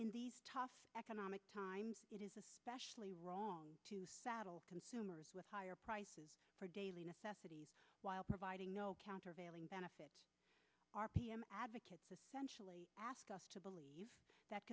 in these tough economic times it is especially wrong to consumers with higher prices for daily necessities while providing no countervailing benefit r p m advocates essentially ask us to believe that